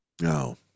No